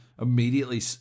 immediately